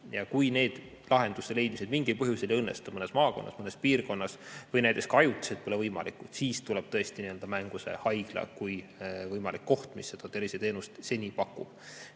Kui lahenduse leidmine niimoodi mingil põhjusel ei õnnestu mõnes maakonnas, mõnes piirkonnas või näiteks ka ajutiselt pole see võimalik, siis tuleb tõesti mängu haigla kui võimalik koht, mis seda terviseteenust seni on